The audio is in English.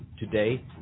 Today